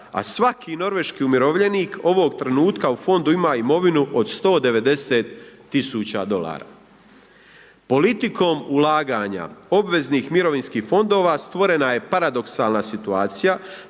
a svaki norveški umirovljenik ovog trenutka u fondu imovinu od 190 000 dolara. Politikom ulaganja obveznih mirovinskih fondova, stvorena je paradoksalna situacija